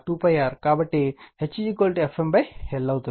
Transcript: కాబట్టి H Fm l అవుతుంది